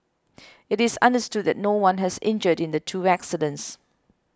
it is understood that no one has injured in the two accidents